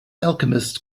alchemist